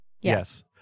Yes